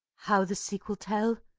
how the sequel tell?